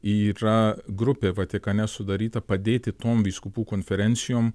yra grupė vatikane sudaryta padėti tom vyskupų konferencijom